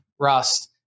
Rust